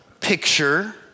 picture